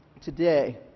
today